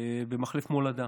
במחלף מולדה.